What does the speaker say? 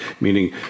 meaning